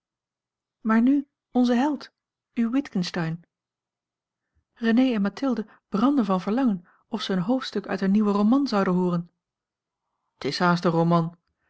maar nu onze held uw witgensteyn renée en mathilde branden van verlangen of ze een hoofdstuk uit een nieuwen roman zouden hooren t is haast een roman